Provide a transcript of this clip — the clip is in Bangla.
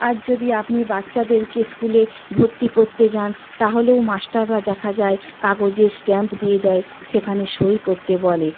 আজ যদি আপনি বাচ্চাদেরকে স্কুলে ভর্তি করতে যান তাহলেও মাস্টাররা দেখা যায় কাগজে স্ট্যাম্প দিয়ে দেয় সেখানে সই করতে বলে